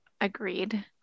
Agreed